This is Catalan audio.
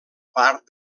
part